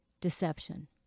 deception